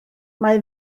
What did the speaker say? mae